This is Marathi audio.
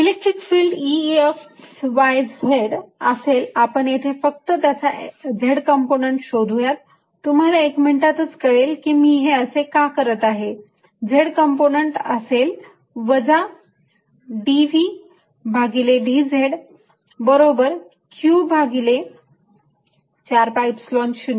electric field E x y z असेल आपण येथे फक्त त्याचा z कंपोनंट शोधूयात तुम्हाला एका मिनिटातच कळेल की मी हे असे का करत आहे z कंपोनंट असेल वजा dV भागिले dz बरोबर q भागिले 4 pi Epsilon 0